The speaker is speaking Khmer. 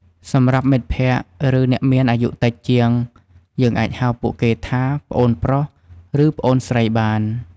សម្រាប់មិត្តភក្កិ ឬ អ្នកមានអាយុតិចជាង យើងអាចហៅពួកគេថា ប្អូនប្រុស ឬ ប្អូនស្រី បាន។